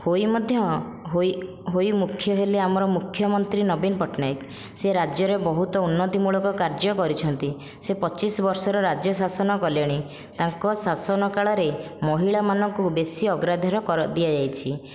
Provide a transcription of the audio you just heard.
ହୋଇ ମଧ୍ୟ ହୋଇ ହୋଇ ମୁଖ୍ୟ ହେଲେ ଆମର ମୁଖ୍ୟମନ୍ତ୍ରୀ ନବୀନ ପଟ୍ଟନାୟକ ସେ ରାଜ୍ୟରେ ବହୁତ ଉନ୍ନତି ମୂଳକ କାର୍ଯ୍ୟ କରିଛନ୍ତି ସେ ପଚିଶ ବର୍ଷର ରାଜ୍ୟ ଶାସନ କଲେଣି ତାଙ୍କ ଶାସନ କାଳରେ ମହିଳାମାନଙ୍କୁ ବେଶି ଅଗ୍ରାଧିର କରା ଦିଆଯାଇଛି